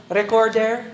recorder